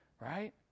Right